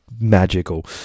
magical